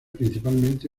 principalmente